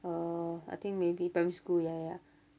err I think maybe primary school ya ya